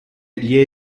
gli